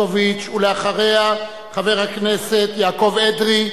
אחריה, חבר הכנסת יעקב אדרי.